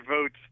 votes